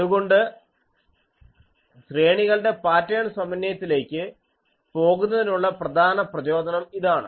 അതുകൊണ്ട് ശ്രേണികളുടെ പാറ്റേൺ സമന്വയത്തിലേക്ക് പോകുന്നതിനുള്ള പ്രധാന പ്രചോദനം ഇതാണ്